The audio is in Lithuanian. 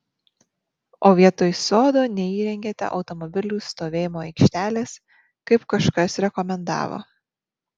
o vietoj sodo neįrengėte automobilių stovėjimo aikštelės kaip kažkas rekomendavo